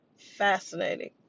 Fascinating